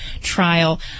trial